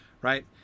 right